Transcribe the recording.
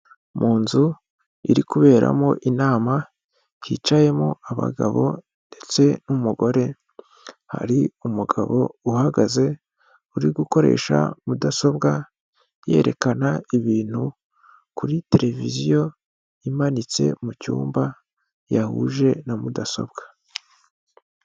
Mu nzu iri kuberamo inama hicayemo abagabo ndetse n'umugore, hari umugabo uhagaze uri gukoresha mudasobwa yerekana ibintu kuri tereviziyo imanitse mu cyumba yahuje na mudasobwa.